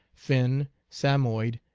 finn, samoyed,